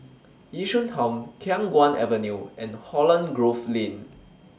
Yishun Town Khiang Guan Avenue and Holland Grove Lane